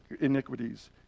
Iniquities